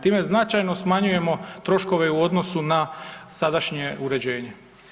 Time značajno smanjujemo troškove u odnosu na sadašnje uređenje.